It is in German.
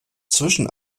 zwischen